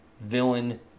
villain